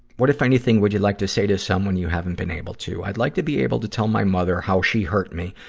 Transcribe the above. what, if anything, would you like to say to someone you haven't been able to? i'd like to be able to tell my mother how she hurt me,